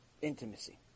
intimacy